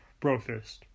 Brofist